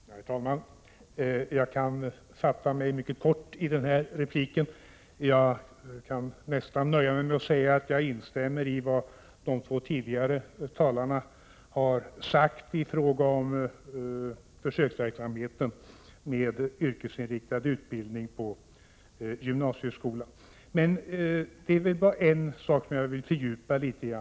Herr talman! Jag kan fatta mig mycket kort i den här repliken. Jag kan nästan nöja mig med att instämma i vad de två tidigare talarna har sagt i fråga om försöksverksamheten med yrkesinriktad utbildning inom gymnasieskolan. En sak vill jag dock fördjupa mig något i.